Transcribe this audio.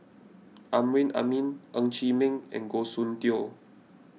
Amrin Amin Ng Chee Meng and Goh Soon Tioe